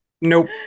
Nope